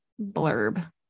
blurb